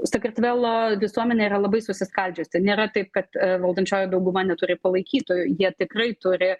sakartvelo visuomenė yra labai susiskaldžiusi nėra taip kad ir valdančioji dauguma neturi palaikytojų jie tikrai turi